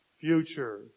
future